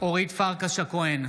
אורית פרקש הכהן,